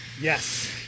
Yes